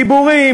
דיבורים,